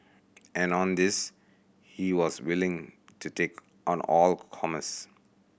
and on this he was willing to take on all comers